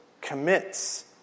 commits